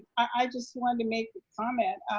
i just wanted to make a comment.